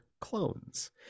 clones